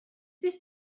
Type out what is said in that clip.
this